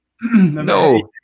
No